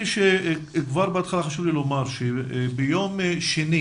כבר בתחילת הדיון חשוב לי לומר שביום שני,